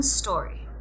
story